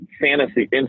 fantasy